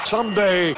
Someday